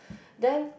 then